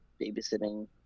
babysitting